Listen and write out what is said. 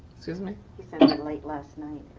excuse me. he sent them late last night.